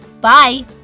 bye